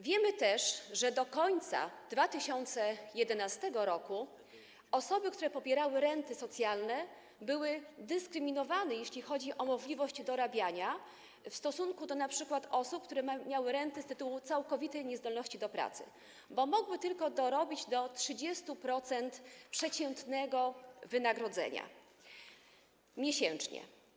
Wiemy też, że do końca 2011 r. osoby, które pobierały renty socjalne, były dyskryminowane, jeśli chodzi o możliwość dorabiania, w stosunku do np. osób, które miały renty z tytułu całkowitej niezdolności do pracy, bo mogły tylko dorobić do 30% przeciętnego wynagrodzenia miesięcznie.